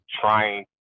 trying